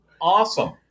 Awesome